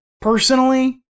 personally